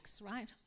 Right